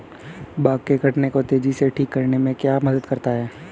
Bug के काटने को तेजी से ठीक करने में क्या मदद करता है?